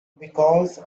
because